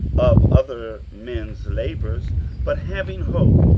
of other men's labours but having hope,